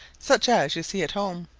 such as you see at home,